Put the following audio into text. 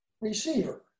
receiver